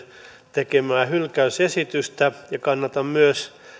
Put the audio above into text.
tekemää hylkäysesitystä ja kannatan myös